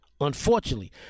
Unfortunately